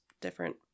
different